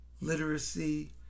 literacy